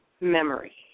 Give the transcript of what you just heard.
memory